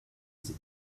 see